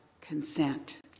consent